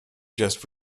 just